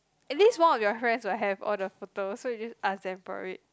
at least one of your friends will have all the photo so you just ask them for it